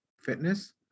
fitness